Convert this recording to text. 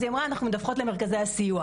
אז היא אמרה "..אנחנו מדווחות למרכזי הסיוע..".